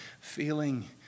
feeling